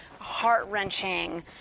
heart-wrenching